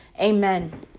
Amen